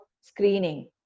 screening